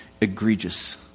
egregious